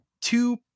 two